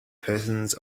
persons